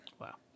Wow